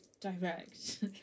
direct